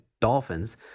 dolphins